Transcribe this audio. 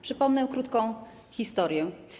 Przypomnę krótką historię.